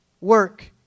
work